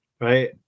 right